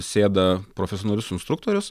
sėda profesionalus instruktorius